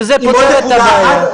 וזה פותר את הבעיה.